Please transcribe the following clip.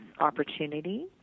opportunity